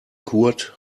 kurt